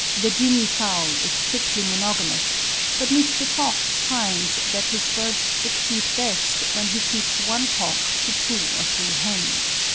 the guinea-fowl is strictly monogamous but mr. fox finds that his birds succeed best when he keeps one cock to two or three hens.